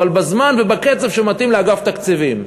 אבל בזמן ובקצב שמתאים לאגף תקציבים.